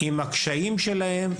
המיקום שלהם והקשיים שלהם,